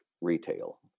retail